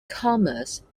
commerce